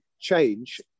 change